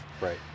right